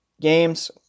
games